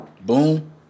boom